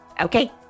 Okay